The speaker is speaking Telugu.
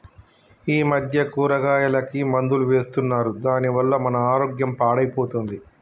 ఈ మధ్య కూరగాయలకి మందులు వేస్తున్నారు దాని వల్ల మన ఆరోగ్యం పాడైపోతుంది